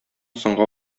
соңга